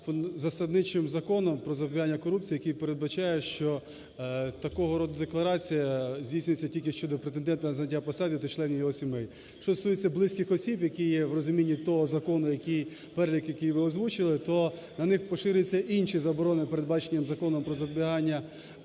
засадничим Законом "Про запобігання корупції", який передбачає, що такого роду декларація здійснюється тільки щодо претендента на зайняття посади та членів його сімей. Що стосується близьких осіб, які є в розумінні того закону, який… перелік який ви озвучили, то на них поширюються інші заборони, передбачені Законом "Про запобігання корупції",